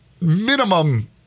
minimum